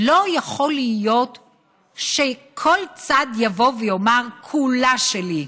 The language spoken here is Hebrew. לא יכול להיות שכל צד יבוא ויאמר "כולה שלי".